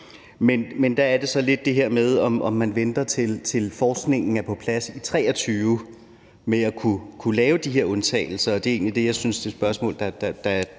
Men der er det så lidt det her med, om man venter, til forskningen er på plads i 2023, med at kunne lave de her undtagelser. Det er egentlig det, jeg synes er spørgsmålet, når man